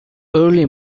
early